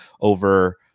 over